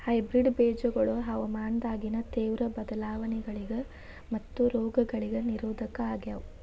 hybrid ಬೇಜಗೊಳ ಹವಾಮಾನದಾಗಿನ ತೇವ್ರ ಬದಲಾವಣೆಗಳಿಗ ಮತ್ತು ರೋಗಗಳಿಗ ನಿರೋಧಕ ಆಗ್ಯಾವ